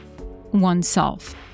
oneself